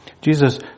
Jesus